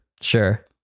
Sure